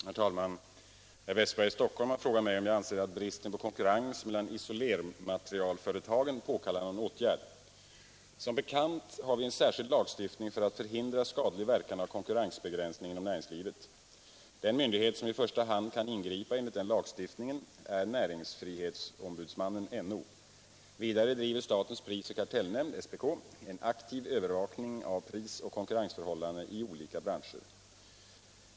Herr talman! Herr Wästberg i Stockholm har frågat mig om jag anser att bristen på konkurrens mellan isolermaterialföretagen påkallar någon åtgärd. Som bekant har vi en särskild lagstiftning för att förhindra skadlig verkan av konkurrensbegränsning inom näringslivet. Den myndighet som i första hand kan ingripa enligt den lagstiftningen är näringsfrihetsombudsmannen, NO. Vidare driver statens prisoch kartellnämnd, SPK, en aktiv övervakning av prisoch konkurrensförhållanden i olika branscher.